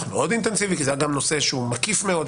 מאוד אינטנסיבי כי היה נושא מקיף מאוד,